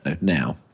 now